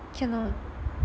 cannot